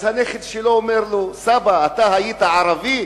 הנכד שלו אומר לו: סבא, אתה היית ערבי?